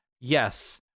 yes